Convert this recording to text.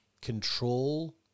control